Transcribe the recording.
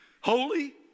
Holy